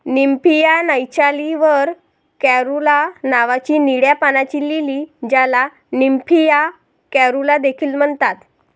Nymphaea nouchali var caerulea नावाची निळ्या पाण्याची लिली, ज्याला निम्फिया कॅरुला देखील म्हणतात